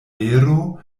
vero